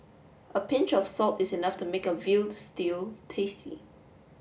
a pinch of salt is enough to make a veal stew tasty